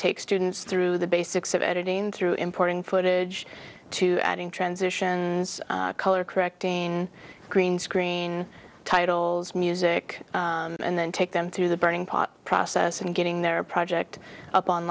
take students through the basics of editing through importing footage to adding transitions color correcting green screen titles music and then take them to the burning part process and getting their project up on